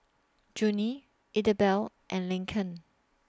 Junie Idabelle and Laken